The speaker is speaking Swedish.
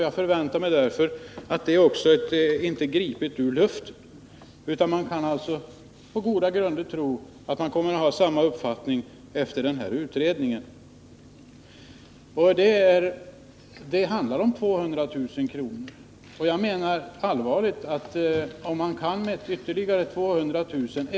Jag förväntar mig att det tillstyrkandet inte är gripet ur luften. Man kan alltså på goda grunder tro att UHÄ kommer att ha samma uppfattning efter den här utredningen. Det handlar om 200 000 kr. Jag menar allvarligt att om man med ytterligare 200 000 kr.